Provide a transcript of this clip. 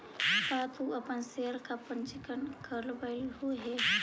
का तू अपन शेयर का पंजीकरण करवलु हे